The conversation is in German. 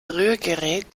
rührgerät